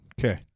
Okay